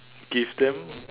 give them